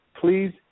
please